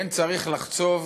כן צריך לחצוב